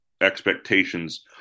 expectations